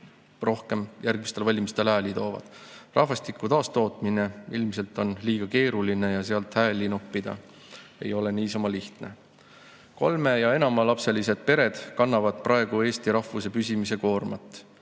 tõenäoliselt rohkem hääli toob. Rahvastiku taastootmine ilmselt on liiga keeruline ja sealt hääli noppida ei ole niisama lihtne. Kolme‑ ja enamalapselised pered kannavad praegu eesti rahvuse püsimise koormat.